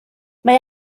mae